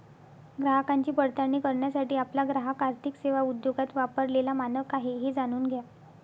ग्राहकांची पडताळणी करण्यासाठी आपला ग्राहक आर्थिक सेवा उद्योगात वापरलेला मानक आहे हे जाणून घ्या